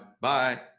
Bye